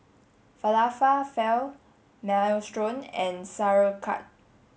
Falafel Minestrone and Sauerkraut